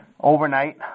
overnight